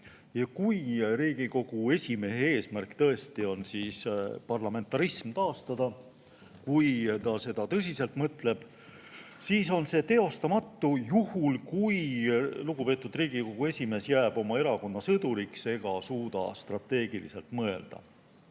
Kui Riigikogu esimehe eesmärk on tõesti parlamentarism taastada, kui ta seda tõsiselt mõtleb, siis on see teostamatu juhul, kui lugupeetud Riigikogu esimees jääb oma erakonna sõduriks ega suuda strateegiliselt mõelda.